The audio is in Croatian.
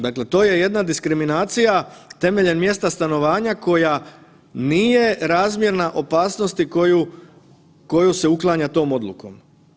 Dakle, to je jedna diskriminacija temeljem mjesta stanovanja koja nije razmjerna opasnosti koju, koju se uklanja tom odlukom.